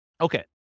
Okay